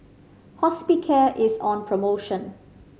Hospicare is on promotion